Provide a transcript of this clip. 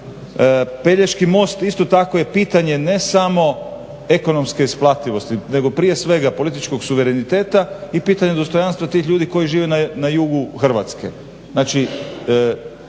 Pelješki most isto tako je pitanje ne samo ekonomske isplativosti nego prije svega političkog suvereniteta i pitanje dostojanstva tih ljudi koji žive na jugu Hrvatske.